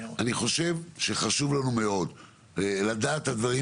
אני חושב שחשוב לנו מאוד לדעת את הדברים